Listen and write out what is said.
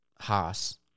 Haas